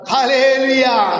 Hallelujah